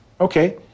Okay